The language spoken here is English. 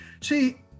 see